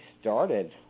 started